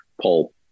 pulp